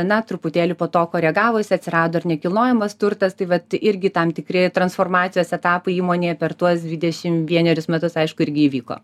na truputėlį po to koregavosi atsirado ir nekilnojamas turtas tai vat irgi tam tikri transformacijos etapai įmonėje per tuos dvidešim vienerius metus aišku irgi įvyko